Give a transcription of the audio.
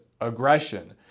aggression